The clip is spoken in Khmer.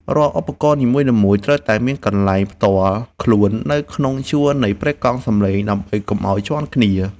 រាល់ឧបករណ៍នីមួយៗត្រូវតែមានកន្លែងផ្ទាល់ខ្លួននៅក្នុងជួរនៃប្រេកង់សំឡេងដើម្បីកុំឱ្យជាន់គ្នា។